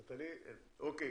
אוקיי.